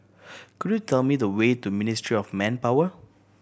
could you tell me the way to Ministry of Manpower